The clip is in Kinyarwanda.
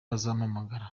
bazampamagara